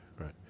Right